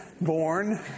born